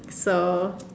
so